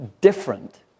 different